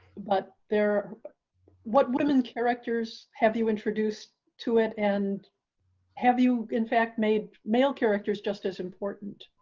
but there what women characters have you introduced to it and have you in fact made male characters just as important